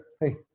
Hey